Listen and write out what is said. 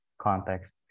context